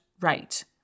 right